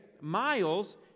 Miles